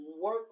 work